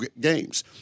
games